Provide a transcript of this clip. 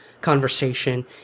conversation